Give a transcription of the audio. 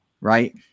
right